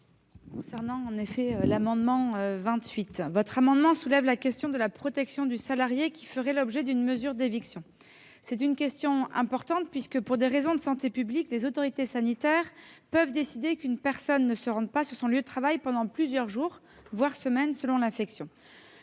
Gouvernement ? Monsieur le rapporteur, vous soulevez la question de la protection du salarié qui ferait l'objet d'une mesure d'éviction. C'est une question importante puisque, pour des raisons de santé publique, les autorités sanitaires peuvent décider qu'une personne ne se rendra pas sur son lieu de travail pendant plusieurs jours, voire semaines, selon la nature